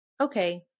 okay